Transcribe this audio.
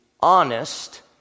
honest